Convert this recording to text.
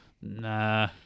Nah